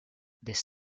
this